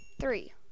three